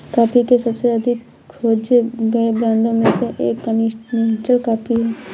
coffee के सबसे अधिक खोजे गए ब्रांडों में से एक कॉन्टिनेंटल कॉफ़ी है